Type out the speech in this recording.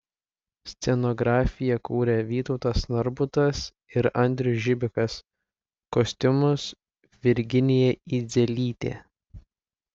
scenografiją kūrė vytautas narbutas ir andrius žibikas kostiumus virginija idzelytė